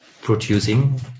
producing